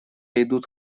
идут